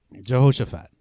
jehoshaphat